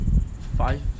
five